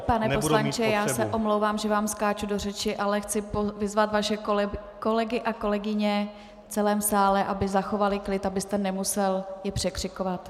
Pane poslanče, já se omlouvám, že vám skáču do řeči, ale chci vyzvat vaše kolegy a kolegyně v celém sále, aby zachovali klid, abyste je nemusel překřikovat.